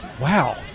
Wow